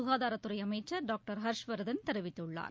சுகாதாரத்துறை அமைச்சா் டாக்டர் ஹர்ஷவர்தன் தெரிவித்துள்ளார்